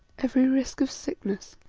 every risk of sickness,